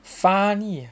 funny[ah]